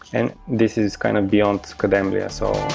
and this is kind of beyond kademlia. so